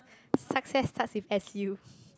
success starts with S_U